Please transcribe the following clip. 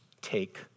take